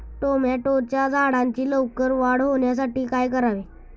टोमॅटोच्या झाडांची लवकर वाढ होण्यासाठी काय करावे?